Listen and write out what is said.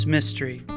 Mystery